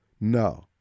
No